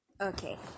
Okay